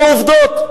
אלו עובדות.